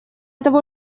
того